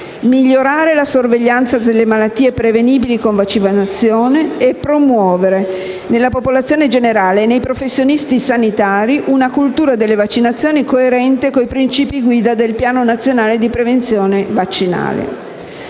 migliorare la sorveglianza delle malattie prevenibili con vaccinazione; promuovere, nella popolazione generale e nei professionisti sanitari, una cultura delle vaccinazioni coerente con i principi guida del Piano nazionale di prevenzione vaccinale.